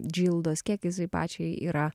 džildos kiek jisai pačiai yra